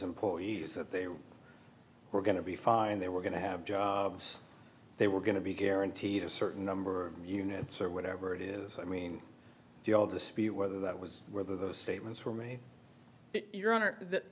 employees that they were going to be fine they were going to have jobs they were going to be guaranteed a certain number of units or whatever it is i mean do you all dispute whether that was whether those statements for me your honor that